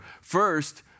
First